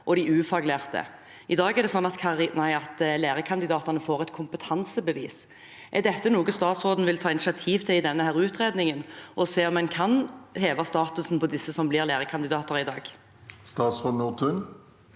og de ufaglærte. I dag er det sånn at lærekandidatene får et kompetansebevis. Er dette noe statsråden vil ta initiativ til i denne utredningen og se om en kan heve statusen til disse som blir lærekandidater i dag?